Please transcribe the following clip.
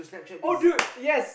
oh dude yes